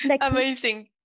amazing